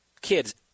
Kids